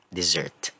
dessert